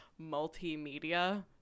multimedia